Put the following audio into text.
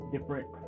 different